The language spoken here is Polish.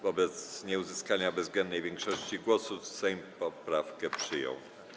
Wobec nieuzyskania bezwzględnej większości głosów Sejm poprawkę przyjął.